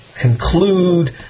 conclude